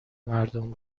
مردم